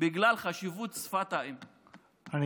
בגלל חשיבות שפת האם,